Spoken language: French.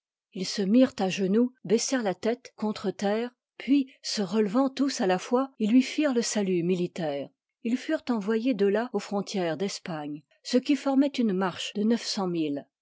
ils se mirent à genoux baissèrent la tête contre terre puis se relevant tous y à la fois ils lui firent le salut militaire ils furent envoye's de là aux frontières d'espagne ce qui formoit une marche de